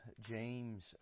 James